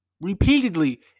repeatedly